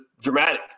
dramatic